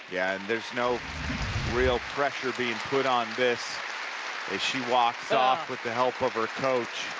yeah. there's no real pressure being put on this as she walks off with the hakelp of her coach.